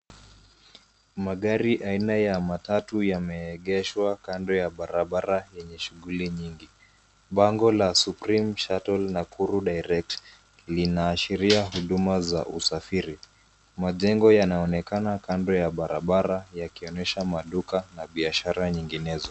Magari aina ya matatu yameegeshwa kando ya barabara yenye shughuli nyingi .Bango la supreme shuttle Nakuru direct linaashiria huduma za usafiri. Majengo yanaonekana kando ya barabara, yakionesha maduka na biashara nyinginezo.